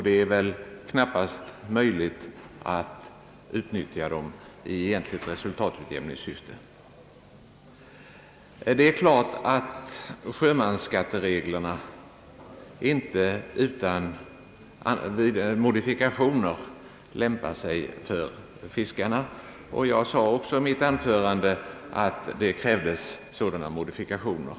Det är väl därför knappast möjligt att utnyttja dessa avskrivningar i egentligt resultatutjämningssyfte. Sjömansskattereglerna lämpar sig givetvis inte för fiskarna utan modifikationer, och jag sade också i mitt anförande, att det krävdes sådana modifikationer.